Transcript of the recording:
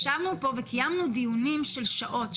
ישבנו פה וקיימנו דיונים של שעות,